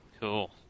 Cool